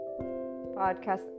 podcast